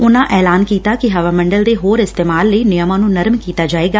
ਉਨਾਂ ਐਲਾਨ ਕੀਤਾ ਕਿ ਹਵਾ ਮੰਡਲ ਦੇ ਹੋਰ ਇਸਤੇਮਾਲ ਲਈ ਨਿਯਮਾਂ ਨ੍ਰੰ ਨਰਮ ਕੀਤਾ ਜਾਏਗਾ